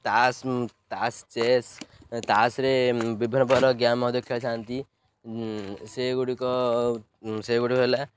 ତାସ ତାସ ଚେସ୍ ତାସରେ ବିଭିନ୍ନ ପ୍ରକାର ଗେମ୍ ଖେଳିଥାନ୍ତି ସେଗୁଡ଼ିକ ସେଗୁଡ଼ିକ ହେଲା